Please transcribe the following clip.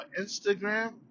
Instagram